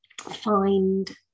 find